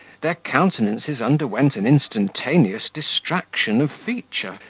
their countenances underwent an instantaneous distraction of feature,